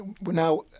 Now